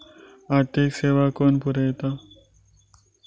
आर्थिक सेवा कोण पुरयता?